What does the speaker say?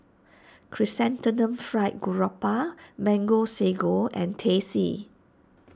Chrysanthemum Fried Garoupa Mango Sago and Teh C